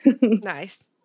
Nice